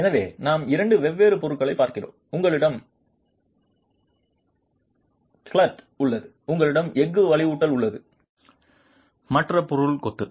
எனவே நாம் இரண்டு வெவ்வேறு பொருட்களைப் பார்க்கிறோம் உங்களிடம் கிரௌட் உள்ளது உங்களிடம் எஃகு வலுவூட்டல் உள்ளது மற்ற பொருள் கொத்து